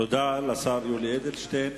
תודה לשר יולי אדלשטיין.